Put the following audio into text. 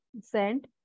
Cent